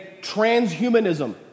transhumanism